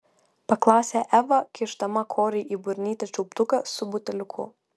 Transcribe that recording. paklausė eva kišdama korei į burnytę čiulptuką su buteliuku